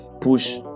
push